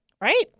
right